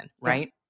right